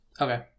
Okay